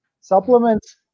supplements